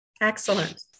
Excellent